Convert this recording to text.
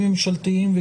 לנו